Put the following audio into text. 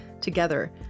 together